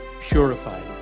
purified